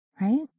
right